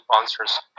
answers